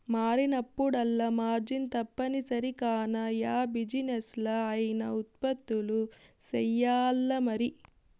మారినప్పుడల్లా మార్జిన్ తప్పనిసరి కాన, యా బిజినెస్లా అయినా ఉత్పత్తులు సెయ్యాల్లమరి